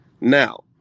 Now